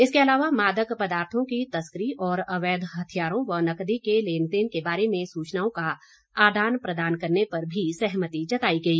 इसके अलावा मादक पदार्थों की तस्करी और अवैध हथियारों व नगदी के लेनदेन के बारे में सूचनाओं का आदान प्रदान करने पर भी सहमति जताई गई